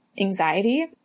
anxiety